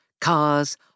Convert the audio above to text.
cars